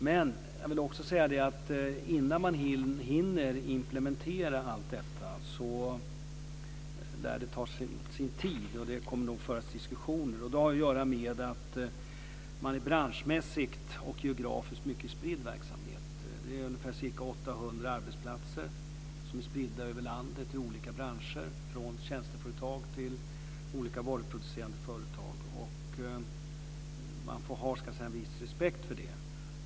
Det lär ta sin tid innan man hinner införliva allt detta, och det kommer nog att föras diskussioner. Det har att göra med att Samhall branschmässigt och geografiskt bedriver en mycket spridd verksamhet. Det är ca 800 arbetsplatser spridda över landet i olika branscher från tjänsteföretag till olika varuproducerande företag. Man får ha en viss respekt för det.